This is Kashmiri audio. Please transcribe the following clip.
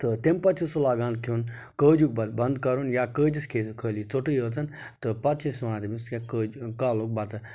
تہٕ تمہِ پَتہٕ چھُ سُہ لاگان کھیٚن کٲجیُک بَتہٕ بنٛد کَرُن یا کٲجِس کھیٚیہِ سُہ خٲلی ژوٹُے یٲژَن تہٕ پَتہٕ چھِ أسۍ وَنان تٔمِس ژٕ کھےٚ کٲج کالُک بَتہٕ